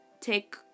take